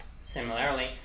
Similarly